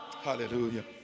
Hallelujah